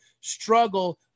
struggle